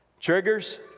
Triggers